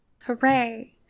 Hooray